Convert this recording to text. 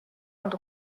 und